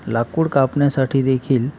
लाकूड कापण्यासाठी देखील